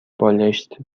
بالشت